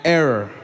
error